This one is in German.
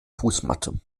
fußmatte